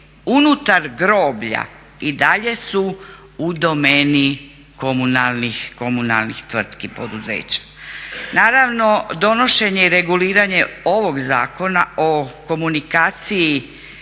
unutar groblja i dalje su u domeni komunalnih tvrtki, poduzeća. Naravno donošenje i reguliranje ovog zakona u komunikaciji